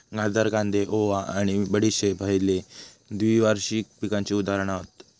गाजर, कांदे, ओवा आणि बडीशेप हयते द्विवार्षिक पिकांची उदाहरणा हत